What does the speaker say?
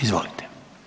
Izvolite.